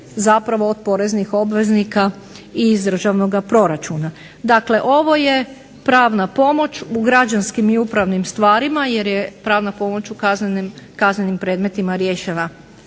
zapravo od poreznih obveznika i iz državnoga proračuna. Dakle ovo je pravna pomoć u građanskim i upravnim stvarima, jer je pravna pomoć u kaznenim predmetima riješena